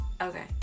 Okay